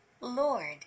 Lord